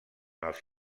els